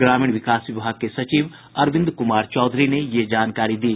ग्रामीण विकास विभाग के सचिव अरविंद कुमार चौधरी ने ये जानकारी दी